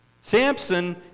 Samson